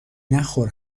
نخور